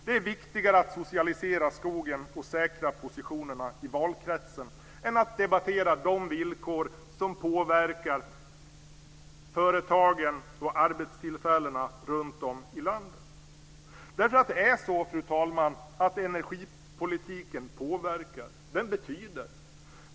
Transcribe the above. Det är viktigare att socialisera skogen och säkra positionerna i valkretsen än att debattera de villkor som påverkar företagen och arbetstillfällena runtom i landet. Fru talman! Energipolitiken påverkar. Den har betydelse.